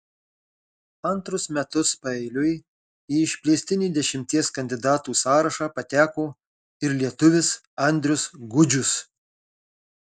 antrus metus paeiliui į išplėstinį dešimties kandidatų sąrašą pateko ir lietuvis andrius gudžius